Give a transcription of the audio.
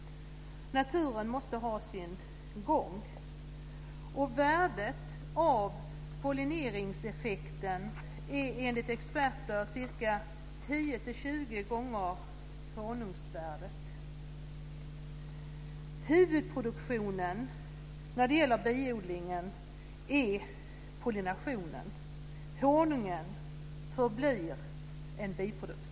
Naturen måste ha sin gång. Värdet av pollineringseffekten är enligt experter 10-20 gånger honungsvärdet. Huvudproduktionen när det gäller biodlingen är pollinationen. Honungen får bli en biprodukt.